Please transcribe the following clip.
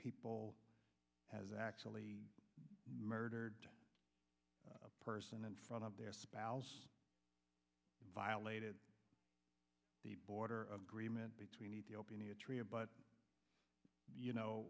people has actually murdered a person in front of their spouse violated the border agreement between ethiopia tria but you know